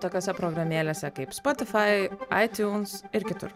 tokiose programėlėse kaip spotifai aitiuns ir kitur